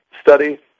study